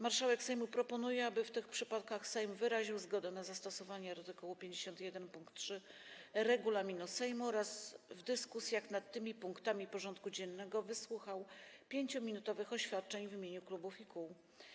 Marszałek Sejmu proponuje, aby w tych przypadkach Sejm wyraził zgodę na zastosowanie art. 51 pkt 3 regulaminu Sejmu oraz w dyskusjach nad tymi punktami porządku dziennego wysłuchał 5-minutowych oświadczeń w imieniu klubów i kół.